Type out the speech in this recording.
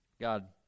God